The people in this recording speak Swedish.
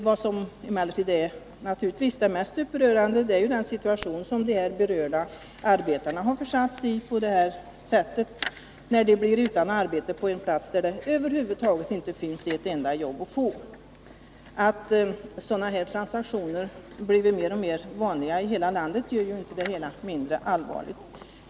Vad som naturligtvis är det mest upprörande är ju den situation som de berörda arbetarna har försatts i, när de på detta sätt blir utan arbete på en plats där det över huvud taget inte finns ett enda jobb att få. Att sådana här transaktioner har blivit mer och mer vanliga i hela landet gör inte det hela mindre allvarligt.